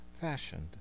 fashioned